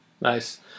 Nice